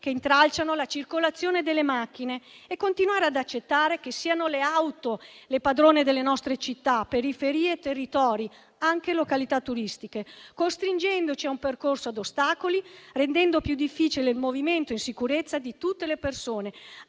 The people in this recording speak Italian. che intralciano la circolazione delle macchine, e continuare ad accettare che siano le auto le padrone delle nostre città, periferie, territori e anche località turistiche, costringendoci a un percorso ad ostacoli, rendendo più difficile il movimento in sicurezza di tutte le persone,